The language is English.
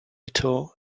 little